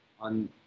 on